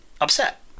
upset